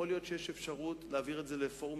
יכול להיות שאפשר להעביר אותו לפורום